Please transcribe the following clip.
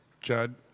Judd